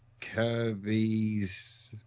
Kirby's